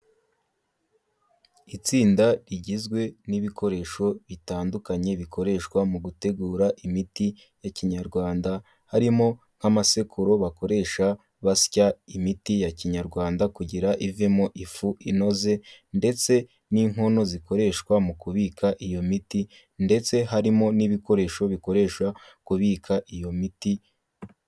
Itsinda rigizwe n'ibikoresho bitandukanye bikoreshwa mu gutegura imiti ya Kinyarwanda, harimo nk'amasekuru bakoresha basya imiti ya Kinyarwanda kugira ivemo ifu inoze ndetse n'inkono zikoreshwa mu kubika iyo miti ndetse harimo n'ibikoresho bikoresha kubika iyo miti.